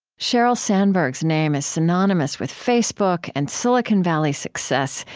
sheryl sandberg's name is synonymous with facebook and silicon valley success,